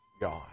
God